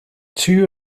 two